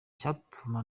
cyatuma